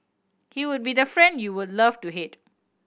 he would be the friend you would love to hate